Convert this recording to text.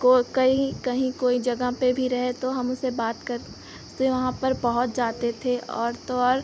को कहीं कहीं कोई जगह पर भी रहे तो हम उनसे बात कर से वहाँ पर पहुँच जाते थे और तो और